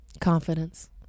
Confidence